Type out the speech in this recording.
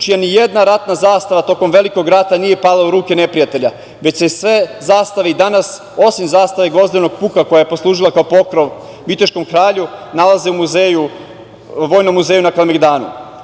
čija ni jedna ratna zastava tokom velikog rata nije pala u ruke neprijatelja, već se sve zastave i danas, osim zastave Gvozdenog puka koja je poslužila kao pokrov viteškom kralju nalaze u Vojnom muzeju na Kalemegdanu. Hiljade